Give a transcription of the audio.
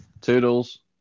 Toodles